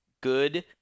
good